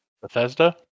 Bethesda